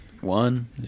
one